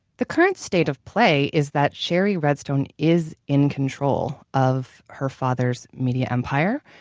the current state of play is that shari redstone is in control of her father's media empire.